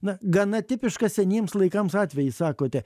na gana tipišką seniems laikams atvejį sakote